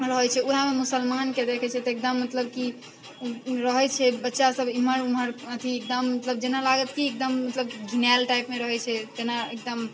रहै छै वएहमे मुसलमानके देखै छिए तऽ एकदम मतलब कि रहै छै बच्चासब एम्हर ओम्हर अथी एकदम मतलब जेना लागत कि एकदम मतलब घिनाएल टाइपमे रहै छै जेना एकदम